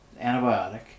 antibiotic